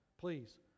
please